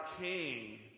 king